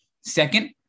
Second